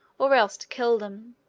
or else to kill them.